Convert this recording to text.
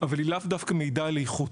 אבל היא לאו דווקא מעידה על איכות.